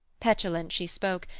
petulant she spoke,